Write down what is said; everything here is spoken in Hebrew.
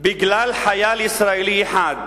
בגלל חייל ישראלי אחד.